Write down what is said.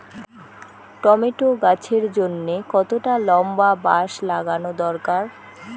Tomato গাছের জন্যে কতটা লম্বা বাস লাগানো দরকার?